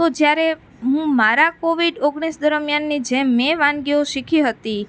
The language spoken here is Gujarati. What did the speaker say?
તો જ્યારે હું મારા કોવિડ ઓગણીસ દરમ્યાનની જેમ મેં વાનગીઓ શીખી હતી